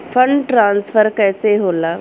Fund transfer कैसे होला?